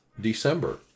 December